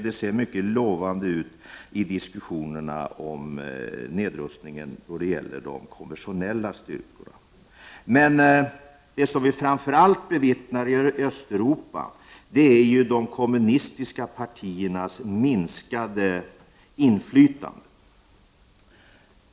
Det ser mycket lovande ut i diskussionen om nedrustning då det gäller de konventionella styrkorna. Men det som vi framför allt bevittnar i Östeuropa är de kommunistiska partiernas minskade inflytande.